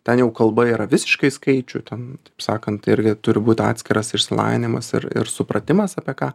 ten jau kalba yra visiškai skaičių ten taip sakant irgi turi būt atskiras išsilavinimas ir ir supratimas apie ką